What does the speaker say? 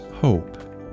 hope